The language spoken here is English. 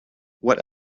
what